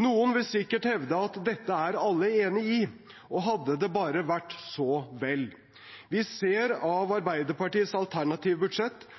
Noen vil sikkert hevde at dette er alle enig i. Hadde det bare vært så vel. Vi ser av Arbeiderpartiets alternative budsjett